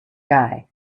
guy